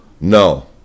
No